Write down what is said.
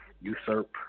Usurp